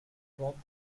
drop